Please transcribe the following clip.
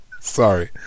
Sorry